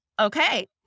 okay